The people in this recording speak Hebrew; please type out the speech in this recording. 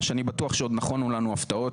מה שאני בטוח שעוד נכונו לנו הפתעות